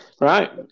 right